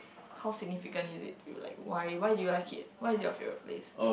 how significant is it to you like why why do you like it why is it your favourite place